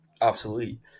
obsolete